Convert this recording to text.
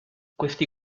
questi